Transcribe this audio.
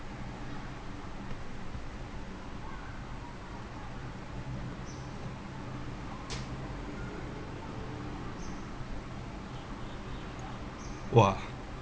!wah!